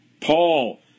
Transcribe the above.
Paul